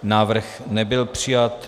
Návrh nebyl přijat.